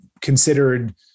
considered